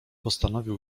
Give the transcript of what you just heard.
postanowił